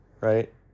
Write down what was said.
right